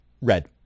Red